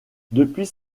depuis